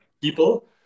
people